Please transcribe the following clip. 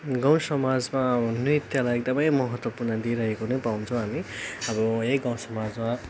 गाउँ समाजमा नृत्यलाई एकदमै महत्त्वपूर्ण दिइरहेको नै पाउँछौँ हामी अब है गाउँ समाजमा